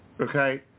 Okay